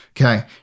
Okay